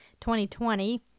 2020